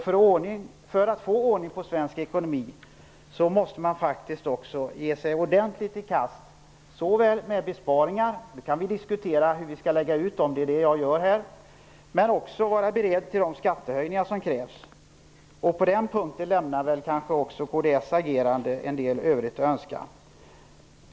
För att få ordning på svensk ekonomi, måste man faktiskt också ordentligt ge sig i kast med besparingar - vi kan diskutera hur de skall läggas ut, vilket jag gör här - men också vara beredd att införa de skattehöjningar som krävs. På den punkten lämnar väl kanske kds agerande en del övrigt att önska.